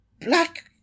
black